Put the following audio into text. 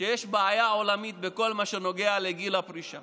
שיש בעיה עולמית בכל מה שנוגע לגיל הפרישה